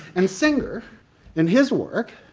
and singer in his work,